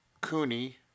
Cooney